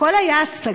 הכול היה הצגה?